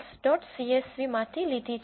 csv માંથી લીધી છે